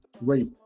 rape